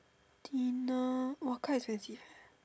dinner !wah! quite expensive eh